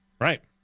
Right